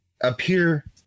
appear